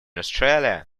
australia